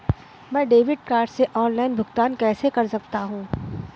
मैं debit card से online भुगतान कैसे कर सकता हूँ?